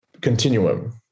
continuum